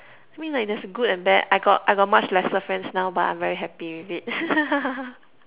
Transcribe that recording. I mean like there's a good and bad I got I got much lesser friends now but I'm very happy with it